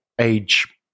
age